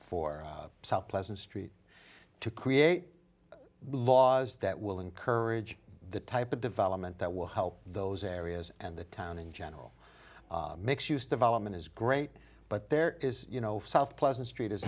for south pleasant street to create laws that will encourage the type of development that will help those areas and the town in general mix use development is great but there is you know south pleasant street